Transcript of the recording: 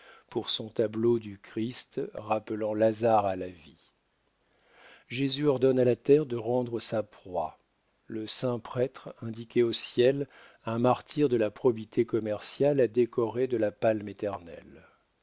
pour son tableau du christ rappelant lazare à la vie jésus ordonne à la terre de rendre sa proie le saint prêtre indiquait au ciel un martyr de la probité commerciale à décorer de la palme éternelle